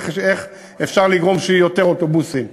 איך אפשר לגרום שיהיו יותר אוטובוסים,